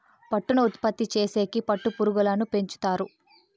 పట్టును ఉత్పత్తి చేసేకి పట్టు పురుగులను పెంచుతారు